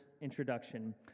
Introduction